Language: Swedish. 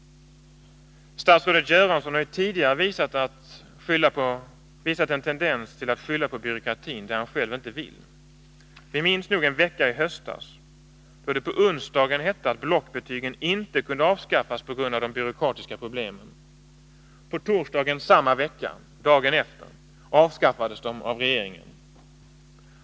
Statsrådet Göransson har ju tidigare visat en tendens till att skylla på byråkratin när det gäller det han själv inte vill. Vi minns nog en vecka i höstas, då det på onsdagen hette att på grund av de byråkratiska problemen blockbetygen inte kunde avskaffas. På torsdagen samma vecka, dagen efter, avskaffades de av regeringen.